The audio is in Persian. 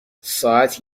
ساعت